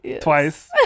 Twice